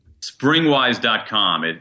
Springwise.com